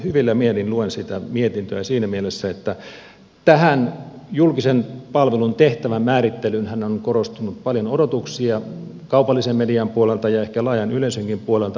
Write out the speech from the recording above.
hyvillä mielin luen sitä mietintöä siinä mielessä että tähän julkisen palvelun tehtävän määrittelyynhän on korostunut paljon odotuksia kaupallisen median puolelta ja ehkä laajan yleisönkin puolelta